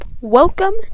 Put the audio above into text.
Welcome